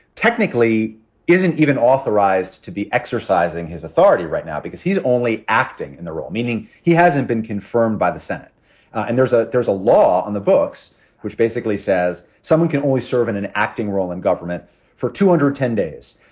technically isn't even authorized to be exercising his authority right now because he's only acting in the role, meaning he hasn't been confirmed by the senate and there's a there's a law on the books which basically says someone can only serve in an acting role in government for two hundred, ten days.